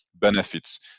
benefits